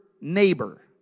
neighbor